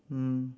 mm